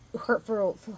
hurtful